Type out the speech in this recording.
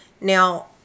Now